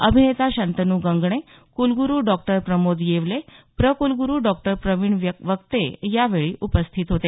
अभिनेता श्ंतनु गंगणे कुलगुरु डॉक्टर प्रमोद येवले प्र कुलगुरु डॉक्टर प्रविण वक्ते यावेळी उपस्थित होते